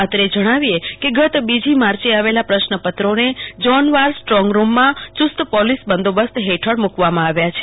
અત્રે જણાવીએ કે ગત બીજી માર્ચે આવેલા પ્રશ્નાપત્રોને ઝોન વાર સ્ટ્રોંગ રૂમમાં યુસ્ત પોલીસ બંદોબસ્ત હેઠળ મુકવામાં આવ્યા છે